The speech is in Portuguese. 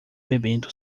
bebendo